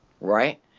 right